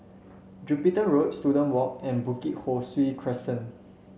Jupiter Road Student Walk and Bukit Ho Swee Crescent